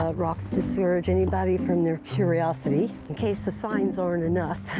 ah rocks discourage anybody from their curiosity, in case the signs aren't enough.